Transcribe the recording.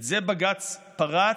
את זה בג"ץ פרץ,